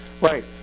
Right